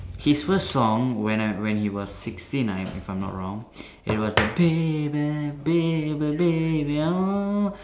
his first song when I when he was sixteen if I am not wrong it was the baby baby baby oh